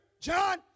John